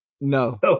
No